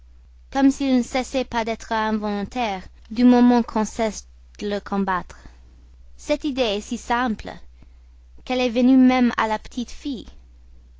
comme s'il ne cessait pas d'être involontaire du moment qu'on cesse de le combattre cette idée est si simple qu'elle est venue même à la petite fille